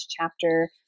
chapter